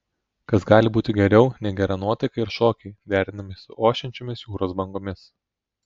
kas gali būti geriau nei gera nuotaika ir šokiai derinami su ošiančiomis jūros bangomis